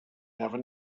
never